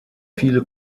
viele